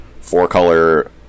four-color